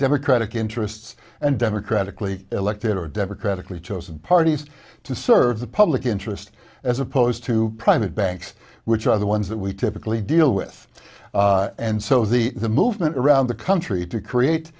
democratic interests and democratically elected or democratically chosen parties to serve the public interest as opposed to private banks which are the ones that we typically deal with and so the movement around the country to create